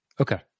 Okay